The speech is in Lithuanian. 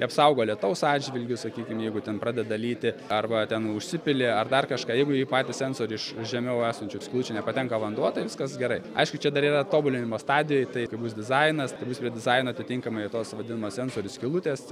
apsaugo lietaus atžvilgiu sakykim jeigu ten pradeda lyti arba ten užsipili ar dar kažką jeigu į patį seansorių iš žemiau esančių skylučių nepatenka vanduo tai viskas gerai aišku čia dar yra tobulinimo stadijoj tai kai bus dizainas tai bus prie dizaino atitinkamai tos vadinamos sensorių skylutės